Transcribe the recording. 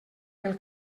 pel